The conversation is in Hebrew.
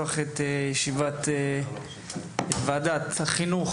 אני מתכבד לפתוח את ישיבת ועדת החינוך,